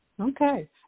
Okay